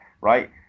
right